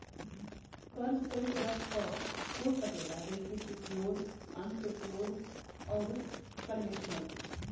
कर्जा कई तरह क हो सकेला जइसे सेक्योर्ड, अनसेक्योर्ड, आउर कन्वेशनल